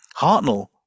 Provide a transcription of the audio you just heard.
Hartnell